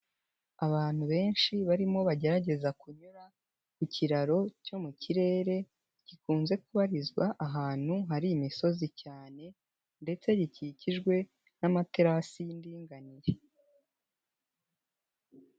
Abantu benshi barimo bagerageza kunyura ku kiraro cyo mu kirere gikunze kubarizwa ahantu hari imisozi cyane ndetse gikikijwe n'amatarasi y'indinganire.